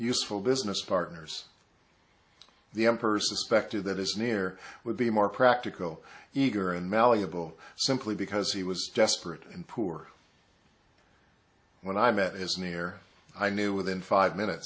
useful business partners the emperor suspected that is near would be more practical eager and malleable simply because he was desperate and poor when i met as near i knew within five minutes